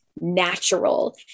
natural